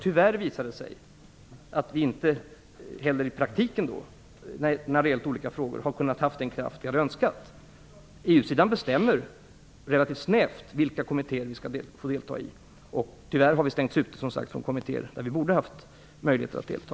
Tyvärr visade det sig att vi inte heller i praktiken har kunnat agera med den kraft vi hade önskat. EU-sidan bestämmer relativt snävt vilka kommittéer vi skall få delta i. Tyvärr har vi stängts ute från kommittéer där vi borde haft möjlighet att delta.